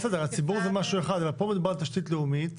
הציבור זה משהו אחד אבל פה מדובר על תשתית לאומית,